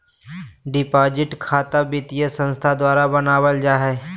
deposit खता वित्तीय संस्थान द्वारा बनावल जा हइ